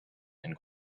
and